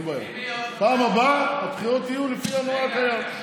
בפעם הבאה הבחירות יהיו לפי הנוהג הקיים,